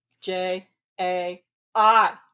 J-A-I